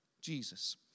Jesus